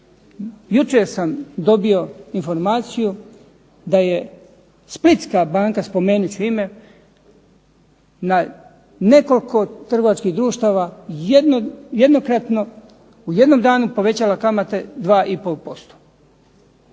Jučer sam dobio informaciju da je Splitska banka, spomenut ću ime, na nekoliko trgovačkih društava jednokratno, u jednom danu povećala kamate 2,5%.